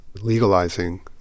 legalizing